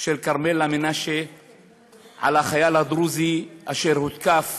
של כרמלה מנשה על החייל הדרוזי אשר הותקף